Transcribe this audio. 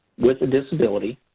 with a disability,